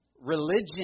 Religion